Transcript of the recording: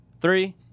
three